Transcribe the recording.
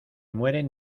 mueren